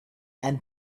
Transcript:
and